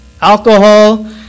alcohol